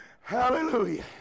Hallelujah